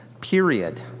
period